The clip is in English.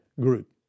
group